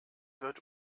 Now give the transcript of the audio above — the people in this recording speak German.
wird